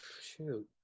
shoot